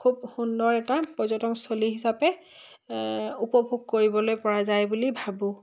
খুব সুন্দৰ এটা পৰ্যটনস্থলী হিচাপে উপভোগ কৰিবলৈ পৰা যায় বুলি ভাবোঁ